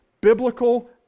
biblical